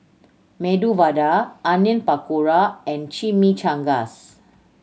Medu Vada Onion Pakora and Chimichangas